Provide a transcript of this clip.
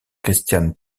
christian